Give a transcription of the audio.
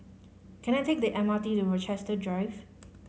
can I take the M R T to Rochester Drive